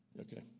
Okay